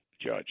judge